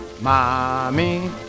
mommy